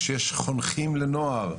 שיש חונכים לנוער,